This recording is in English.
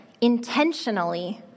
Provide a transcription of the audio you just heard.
intentionally